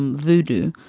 voodoo,